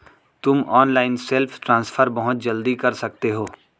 तुम online self transfer बहुत जल्दी कर सकते हो